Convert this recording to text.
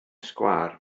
sgwâr